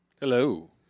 Hello